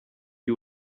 you